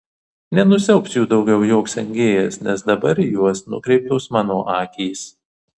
nenusiaubs jų daugiau joks engėjas nes dabar į juos nukreiptos mano akys